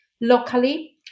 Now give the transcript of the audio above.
locally